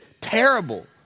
terrible